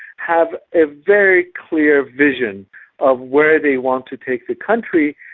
have a very clear vision of where they want to take the country.